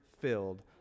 filled